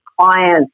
clients